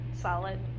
Solid